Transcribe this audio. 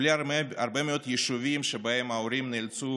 בלי הרבה מאוד יישובים שבהם ההורים נאלצו